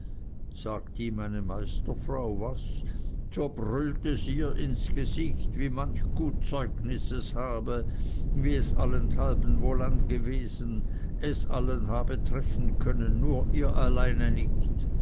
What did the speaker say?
sagt ihm eine meisterfrau was so brüllt es ihr ins gesicht wie manch gut zeugnis es habe wie es allenthalben wohl angewesen es allen habe treffen können nur ihr alleine nicht